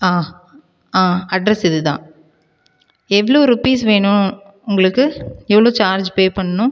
ஆ ஆ அட்ரஸ் இது தான் எவ்வளோ ரூபீஸ் வேணும் உங்களுக்கு எவ்வளோ சார்ஜ் பே பண்ணணும்